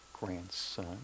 grandson